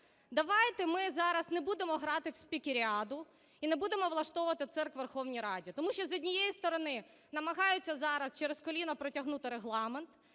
Давайте ми зараз не будемо грати в спікеріаду і не будемо влаштовувати цирк у Верховній Раді. Тому що з однієї сторони, намагаються зараз через коліно протягнути Регламент,